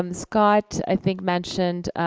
um scott i think mentioned,